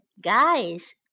guys